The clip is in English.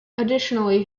additionally